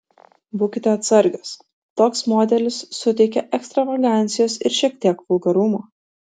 būkite atsargios toks modelis suteikia ekstravagancijos ir šiek tiek vulgarumo